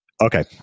Okay